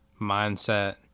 mindset